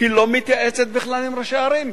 היא לא מתייעצת בכלל עם ראשי הערים.